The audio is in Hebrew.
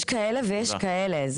יש כאלה ויש כאלה.